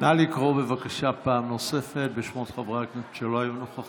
בבקשה נא לקרוא פעם נוספת בשמות חברי הכנסת שלא היו נוכחים.